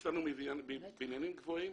יש לנו בניינים גבוהים